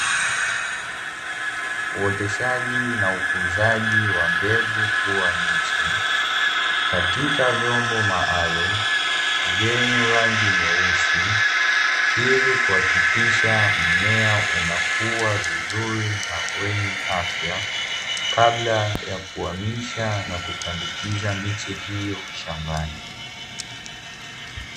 Uoteshaji na ukuzaji wa mbegu kuwa miche katika vyombo maalumu, vyenye rangi nyeusi ili kuhakikisha mmea unakuwa vizuri na wenye afya kabla ya kuhamisha na kupandikiza miche hiyo shambani.